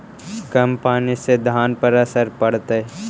कम पनी से धान पर का असर पड़तायी?